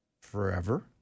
Forever